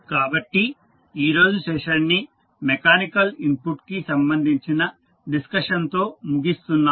కాబట్టి ఈరోజు సెషన్ ని మెకానికల్ ఇన్పుట్ కి సంబంధించిన డిస్కషన్ తో ముగిస్తున్నాము